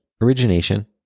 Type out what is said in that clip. origination